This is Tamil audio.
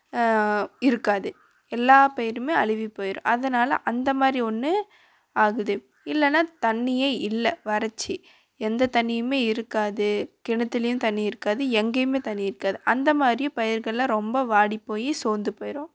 இருக்காது எல்லா பயிருமே அழுகி போயிடும் அதனால் அந்த மாதிரி ஒன்று ஆகுது இல்லைன்னா தண்ணியே இல்லை வறட்சி எந்த தண்ணியுமே இருக்காது கிணத்துலேயும் தண்ணி இருக்காது எங்கேயுமே தண்ணி இருக்காது அந்த மாதிரி பயிர்களெலாம் ரொம்ப வாடி போய் சோர்ந்து போயிடும்